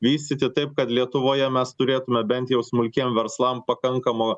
vystyti taip kad lietuvoje mes turėtumėme bent jau smulkiem verslam pakankamo